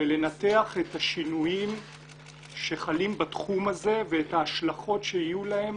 ולנתח את השינויים שחלים בתחום הזה ואת ההשלכות שיהיו להם